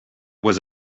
was